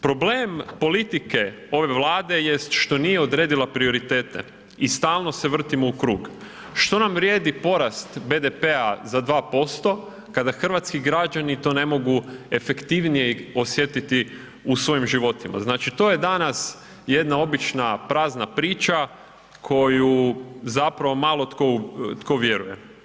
Problem politike ove Vlade jest što nije odredila prioritete i stalno se vrtimo u krug, što nam vrijedi porast BDP-a za 2% kada hrvatski građani to ne mogu efektivnije osjetiti u svojim životima, znači to je danas jedna obična prazna priča koju zapravo malo tko vjeruje.